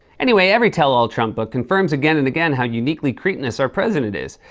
anyway, every tell-all trump book confirms again and again how uniquely cretinous our president is.